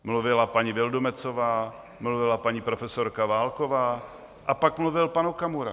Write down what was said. Mluvila paní Vildumetzová, mluvila paní profesorka Válková a pak mluvil pan Okamura.